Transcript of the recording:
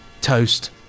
toast